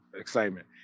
Excitement